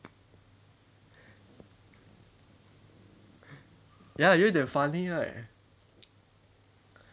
ya they they funny right